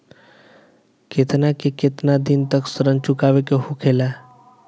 केतना से केतना दिन तक ऋण चुकावे के होखेला?